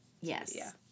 Yes